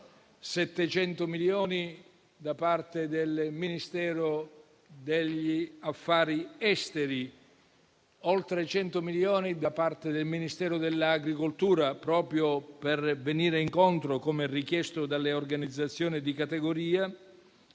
destinati da parte del Ministero degli affari esteri e oltre 100 milioni da parte del Ministero dell'agricoltura proprio per venire incontro, come richiesto dalle organizzazioni di categoria,